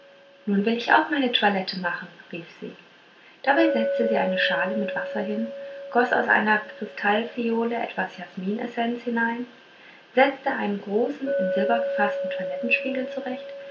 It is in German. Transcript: nun will ich auch meine toilette machen rief sie dabei setzte sie eine schale mit wasser hin goß aus einer kristallphiole etwas jasminessenz hinein setzte einen großen in silber gefaßten toilettespiegel zurecht